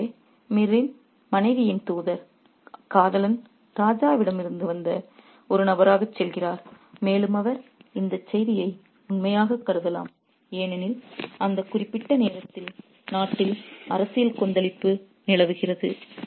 ஆகவே மீரின் மனைவியின் தூதர் காதலன் ராஜாவிடமிருந்து வந்த ஒரு நபராகச் செயல்படுகிறார் மேலும் அவர் இந்தச் செய்தியை உண்மையாகக் கருதலாம் ஏனெனில் அந்த குறிப்பிட்ட நேரத்தில் நாட்டில் அரசியல் கொந்தளிப்பு நிலவுகிறது